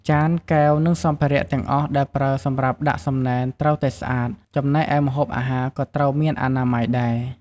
ចាន កែវ និង សម្ភារៈទាំងអស់ដែលប្រើសម្រាប់ដាក់សំណែនត្រូវតែស្អាត ចំណែកឯម្ហូបអាហារក៏ត្រូវមានអនាម័យដែរ។